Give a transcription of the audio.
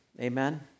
Amen